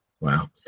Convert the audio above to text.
Wow